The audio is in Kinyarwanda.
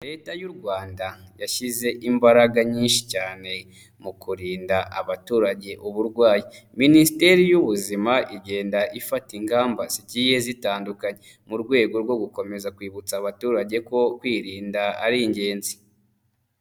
Leta y'u Rwanda yashyize imbaraga nyinshi cyane mu kurinda abaturage uburwayi, Minisiteri y'Ubuzima igenda ifata ingamba zigiye zitandukanye, mu rwego rwo gukomeza kwibutsa abaturage ko kwirinda ari ingenzi.